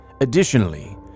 Additionally